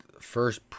first